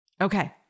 Okay